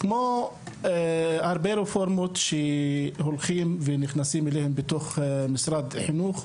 כמו הרבה רפורמות שהולכים ונכנסים אליהן בתוך משרד החינוך,